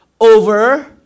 over